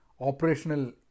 operational